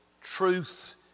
truth